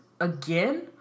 again